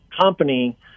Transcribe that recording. company